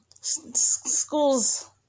Schools